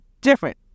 different